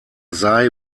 sei